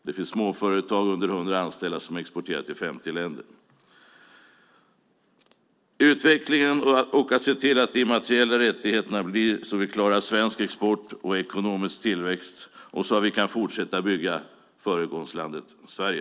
Det finns småföretag med mindre än 100 anställda som exporterar till 50 länder. Vi måste följa utvecklingen och se till att de immateriella rättigheterna blir sådana att vi klarar svensk export och ekonomisk tillväxt och kan fortsätta att bygga föregångslandet Sverige.